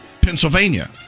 Pennsylvania